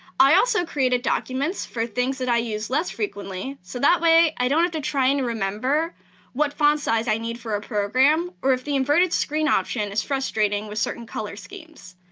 i also created documents for things that i use less frequently. so that way, i don't have to try and remember what font size i need for a program or if the inverted screen option is frustrating with certain color schemes.